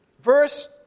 Verse